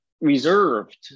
reserved